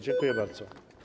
Dziękuję bardzo.